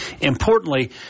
Importantly